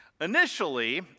Initially